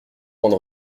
point